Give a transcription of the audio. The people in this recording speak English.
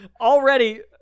already